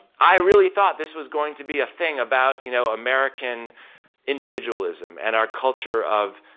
i really thought this was going to be a thing about you know american individualism and our culture of,